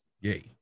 yay